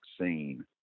vaccine